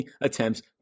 attempts